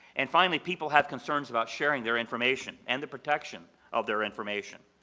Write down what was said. and finally, people have concerns about sharing their information and the protection of their information.